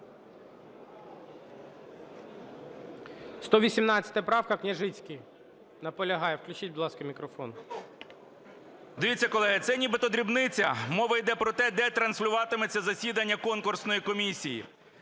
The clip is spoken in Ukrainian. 118 правка, Княжицький. Наполягає. Включіть, будь ласка, мікрофон. 11:09:48 КНЯЖИЦЬКИЙ М.Л. Дивіться, колеги, це нібито дрібниця, мова йде про те, де транслюватиметься засідання конкурсної комісії.